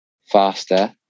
faster